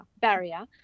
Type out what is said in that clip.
barrier